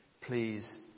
please